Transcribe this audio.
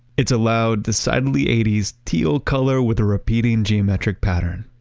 it's a loud, decidedly eighty s, teal color with a repeating geometric pattern.